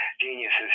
geniuses